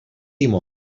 timó